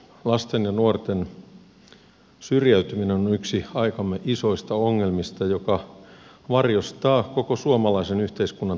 lasten ja nuorten syrjäytyminen on yksi aikamme isoista ongelmista joka varjostaa koko suomalaisen yhteiskunnan tulevaisuudennäkymiä